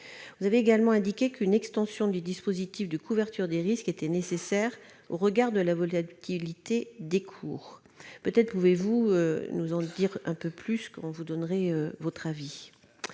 Vous avez également indiqué qu'une extension du dispositif de couverture des risques était nécessaire au regard de la volatilité des cours. Peut-être pourrez-vous nous éclairer sur ce point. Deuxièmement, début